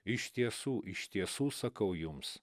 iš tiesų iš tiesų sakau jums